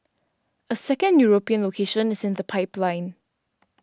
a second European location is in the pipeline